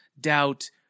doubt